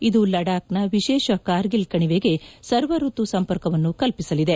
ಇದು ಲಡಾಖ್ನ ವಿಶೇಷವಾಗಿ ಕಾರ್ಗಿಲ್ ಕಣಿವೆಗೆ ಸರ್ವಋತು ಸಂಪರ್ಕವನ್ನು ಕಲ್ಸಿಸಲಿದೆ